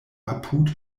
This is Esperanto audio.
apud